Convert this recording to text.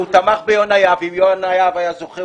הוא תמך ביונה יהב ואם יונה יהב היה זוכה,